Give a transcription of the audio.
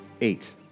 Eight